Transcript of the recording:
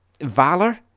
Valor